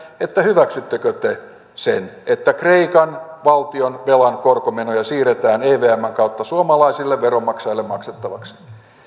hyväksyttekö te sen että kreikan valtion velan korkomenoja siirretään evmn kautta suomalaisille veronmaksajille maksettavaksi